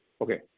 Okay